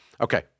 Okay